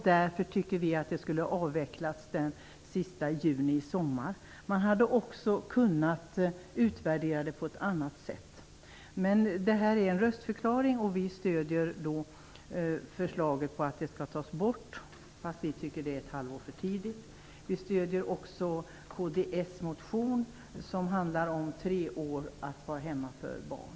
Därför tycker vi att det skulle ha varit en avveckling den sista juni till sommaren. Man hade också kunnat utvärdera det hela på ett annat sätt. Men det här är en röstförklaring och vi stödjer förslaget om ett borttagande av vårdnadsbidraget, även om vi tycker att det sker ett halvår för tidigt. Vi stödjer också Kristdemokraternas motion, som handlar om en treårsperiod för att vara hemma med barn.